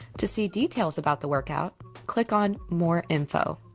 to see details about the workout click on more info